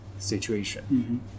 situation